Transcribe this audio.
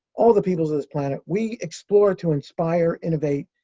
all the peoples of this planet, we explore to inspire, innovate,